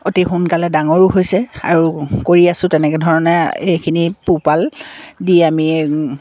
অতি সোনকালে ডাঙৰো হৈছে আৰু কৰি আছোঁ তেনেকুৱা ধৰণে এইখিনি পোহপাল দি আমি